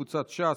קבוצת סיעת ש"ס,